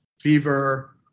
fever